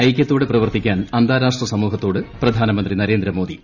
ഐക്യത്തോടെ പ്രവർത്തിക്കാൻ അന്താരാഷ്ട്ര സമൂഹത്തോട് പ്രധാനമന്ത്രി നരേന്ദ്ര മോദി